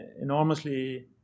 enormously